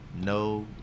no